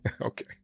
Okay